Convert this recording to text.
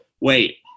Wait